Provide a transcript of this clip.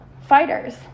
fighters